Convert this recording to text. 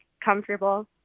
comfortable